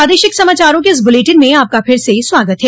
प्रादेशिक समाचारों के इस बुलेटिन में आपका फिर से स्वागत है